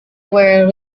were